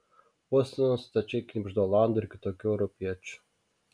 bostone stačiai knibžda olandų ir kitokių europiečių